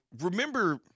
remember –